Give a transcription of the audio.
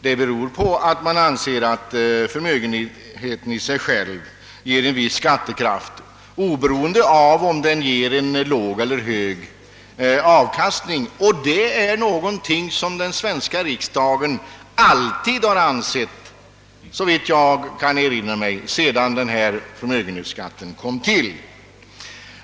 Detta beror på att man anser att förmögenheten i sig själv ger en viss skattekraft oberoende av om den ger låg eller hög avkastning. Det är någonting som den svenska riksdagen alltid har ansett, såvitt jag kan erinra mig, sedan förmögenhetsskatten kom till.